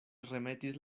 remetis